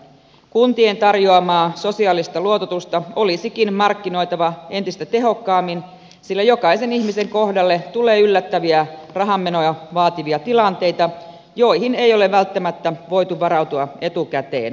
kuntien tarjoamaa sosiaalista luototusta olisikin markkinoitava entistä tehokkaammin sillä jokaisen ihmisen kohdalle tulee yllättäviä rahanmenoja vaativia tilanteita joihin ei ole välttämättä voitu varautua etukäteen